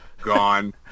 gone